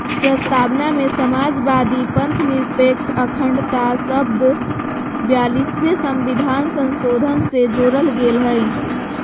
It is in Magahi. प्रस्तावना में समाजवादी, पथंनिरपेक्ष, अखण्डता शब्द ब्यालिसवें सविधान संशोधन से जोरल गेल हइ